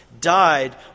died